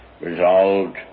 resolved